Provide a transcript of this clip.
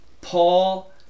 Paul